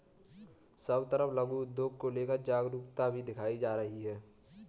सब तरफ लघु उद्योग को लेकर जागरूकता भी दिखाई जा रही है